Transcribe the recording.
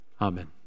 Amen